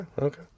okay